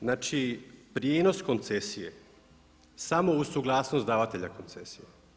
Znači prijenos koncesije samo uz suglasnost davatelja koncesija.